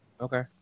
Okay